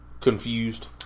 confused